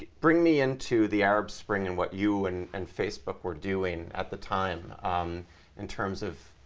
bring me into the arab spring and what you and and facebook were doing at the time in terms of